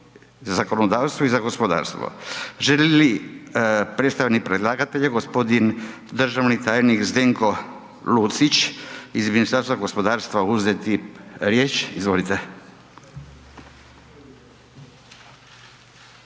za zakonodavstvo i Odbor za gospodarstvo. Želi li predstavnik predlagatelja gospodin državni tajnik Zdenko Lucić iz Ministarstva gospodarstva uzeti riječ? Izvolite.